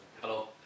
Hello